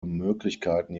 möglichkeiten